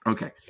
Okay